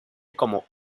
como